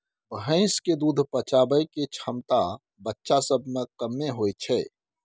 भैंस के दूध पचाबइ के क्षमता बच्चा सब में कम्मे होइ छइ